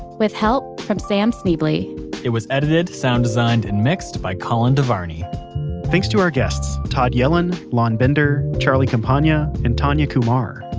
with help from sam schneble. it was edited, sound designed, and mixed by colin devarney thanks to our guests todd yellin, lon bender, charlie campagna, and tanya kumar.